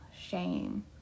shame